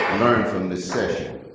learn from this session.